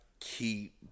keep